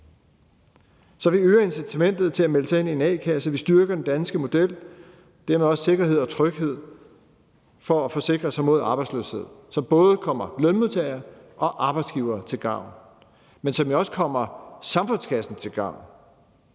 Så vi øger incitamentet til at melde sig ind i en a-kasse, vi styrker den danske model, og dermed giver det også sikkerhed og tryghed i forbindelse med at forsikre sig imod arbejdsløshed, som både kommer lønmodtagere og arbejdsgivere til gavn, men som jo også kommer samfundskassen til gavn,